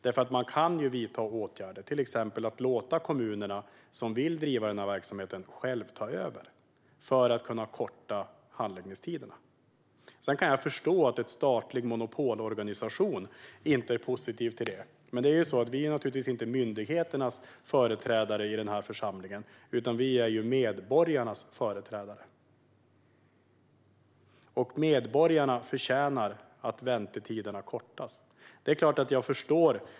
Det går att vidta åtgärder, till exempel låta de kommuner som vill driva den här verksamheten själva ta över - detta för att kunna korta handläggningstiderna. Sedan kan jag förstå att en statlig monopolorganisation inte är positiv till det. Vi i den här församlingen är naturligtvis inte myndigheternas företrädare, utan vi är medborgarnas företrädare. Medborgarna förtjänar att väntetiderna kortas.